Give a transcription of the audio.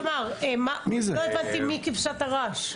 לא הבנתי מי כבשת הרש.